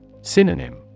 Synonym